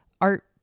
art